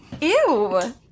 Ew